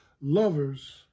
lovers